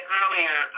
earlier